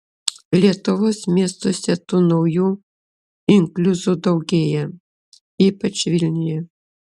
lietuvos miestuose tų naujų inkliuzų daugėja ypač vilniuje